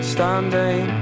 standing